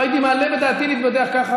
לא הייתי מעלה בדעתי להתבדח ככה